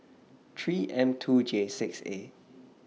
three M two J six A